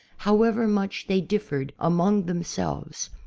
how ever much they differed among themselves,